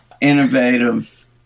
Innovative